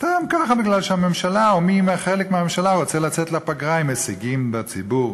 סתם ככה כי הממשלה או חלק מהממשלה רוצים לצאת לפגרה עם הישגים לציבור.